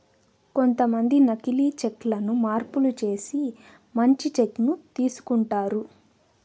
కొంతమంది నకీలి చెక్ లను మార్పులు చేసి మంచి చెక్ ను తీసుకుంటారు